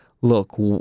look